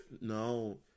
no